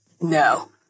no